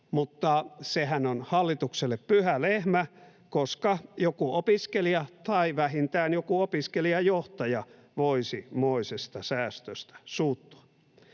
mutta sehän on hallitukselle pyhä lehmä, koska joku opiskelija tai vähintään joku opiskelijajohtaja voisi moisesta säästöstä suuttua.